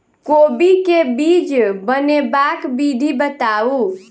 कोबी केँ बीज बनेबाक विधि बताऊ?